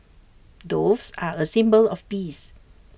doves are A symbol of peace